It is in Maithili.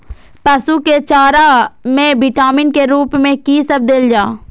पशु के चारा में विटामिन के रूप में कि सब देल जा?